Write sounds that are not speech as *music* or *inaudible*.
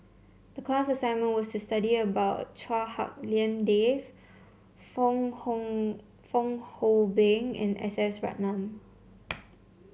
the class assignment was to study about Chua Hak Lien Dave Fong *unintelligible* Fong Hoe Beng and S S Ratnam